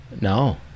No